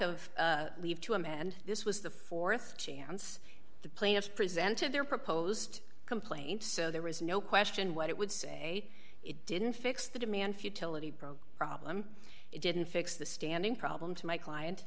of leave to him and this was the th chance the plaintiffs presented their proposed complaint so there was no question what it would say it didn't fix the demand futility probe problem it didn't fix the standing problem to my client